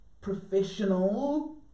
professional